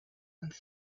and